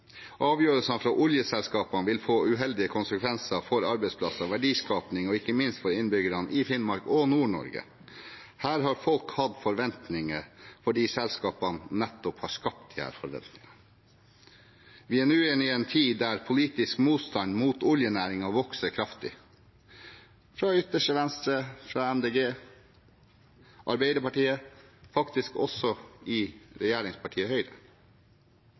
arbeidsplasser og verdiskaping og ikke minst for innbyggerne i Finnmark og Nord-Norge. Her har folk hatt forventninger nettopp fordi selskapene har skapt disse forventningene. Vi er nå inne i en tid der politisk motstand mot oljenæringen vokser kraftig, fra ytterste venstre, fra MDG, i Arbeiderpartiet og faktisk også i regjeringspartiet Høyre.